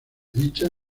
dicha